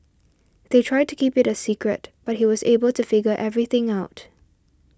they tried to keep it a secret but he was able to figure everything out